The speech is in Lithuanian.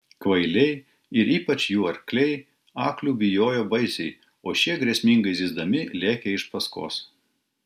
kvailiai ir ypač jų arkliai aklių baisiai bijojo o šie grėsmingai zyzdami lėkė iš paskos